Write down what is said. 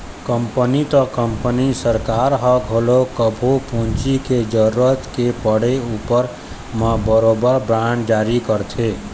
company त company सरकार ह घलोक कभू पूंजी के जरुरत के पड़े उपर म बरोबर बांड जारी करथे